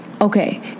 Okay